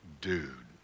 dude